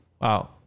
Wow